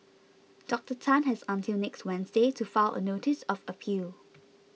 Doctor Tan has until next Wednesday to file a notice of appeal